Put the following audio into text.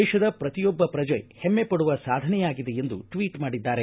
ದೇಶದ ಪ್ರತಿಯೊಬ್ಬ ಪ್ರಜೆ ಹೆಮ್ಮೆ ಪಡುವ ಸಾಧನೆಯಾಗಿದೆ ಎಂದು ಟ್ವೀಟ್ ಮಾಡಿದ್ದಾರೆ